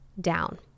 down